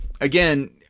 again